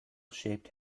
shaped